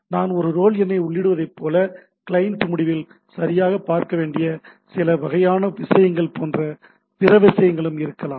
நான் ஒரு ரோல் எண்ணை உள்ளிடுவதைப் போல கிளையன்ட் முடிவில் சரிபார்க்க வேண்டிய சில வகையான விஷயங்கள் போன்ற பிற விஷயங்களும் இருக்கலாம்